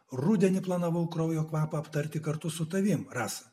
rudenį planavau kraujo kvapą aptarti kartu su tavimi rasa